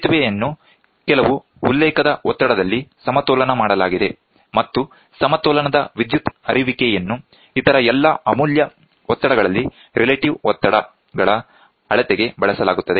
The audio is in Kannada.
ಸೇತುವೆಯನ್ನು ಕೆಲವು ಉಲ್ಲೇಖದ ಒತ್ತಡದಲ್ಲಿ ಸಮತೋಲನ ಮಾಡಲಾಗಿದೆ ಮತ್ತು ಸಮತೋಲನದ ವಿದ್ಯುತ್ ಹರಿಯುವಿಕೆಯನ್ನು ಇತರ ಎಲ್ಲಾ ಅಮೂಲ್ಯ ಒತ್ತಡಗಳಲ್ಲಿ ರಿಲೇಟಿವ್ ಒತ್ತಡಗಳ ಅಳತೆಗೆ ಬಳಸಲಾಗುತ್ತದೆ